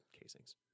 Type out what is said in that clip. casings